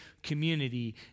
community